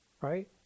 Right